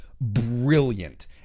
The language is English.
brilliant